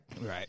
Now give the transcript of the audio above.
right